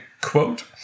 quote